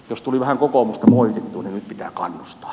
jos tuli vähän kokoomusta moitittua niin nyt pitää kannustaa